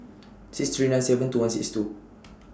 six three nine seven two one six two